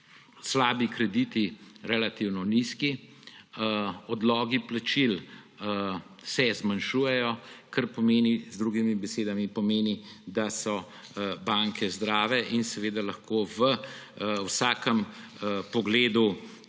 slabi krediti relativno nizki, odlogi plačil se zmanjšujejo, kar z drugimi besedami pomeni, da so banke zdrave in lahko v vsakem pogledu